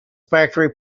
factory